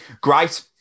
Great